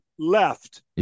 left